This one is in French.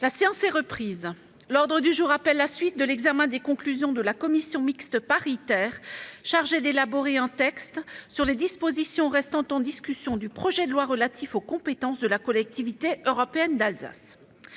La séance est reprise. Nous reprenons l'examen des conclusions de la commission mixte paritaire chargée d'élaborer un texte sur les dispositions restant en discussion du projet de loi relatif aux compétences de la Collectivité européenne d'Alsace.